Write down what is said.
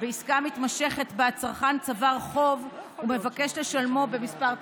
בעסקה מתמשכת שבה הצרכן צבר חוב ומבקש לשלמו בכמה תשלומים.